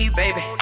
baby